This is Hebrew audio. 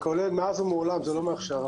זה מאז ומעולם, לא מעכשיו.